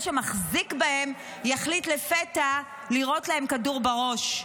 שמחזיק בהם יחליט לפתע לירות להם כדור בראש,